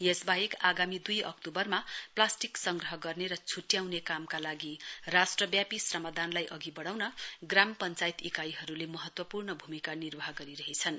यसवाहेक आगामी दुई अक्तवरमा प्लास्टिक संग्रह गर्ने छुट्याउने कामका लागि राष्ट्रव्यापी श्रमदानलाई अघि वढाउन ग्राम पश्वायत इकाइहरुले महत्वपूर्ण भूमिका निर्वाह गरिरहेचन्